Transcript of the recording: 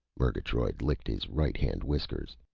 murgatroyd licked his right-hand whiskers.